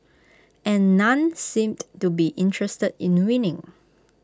and none seemed to be interested in winning